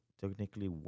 technically